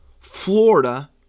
Florida